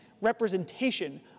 representation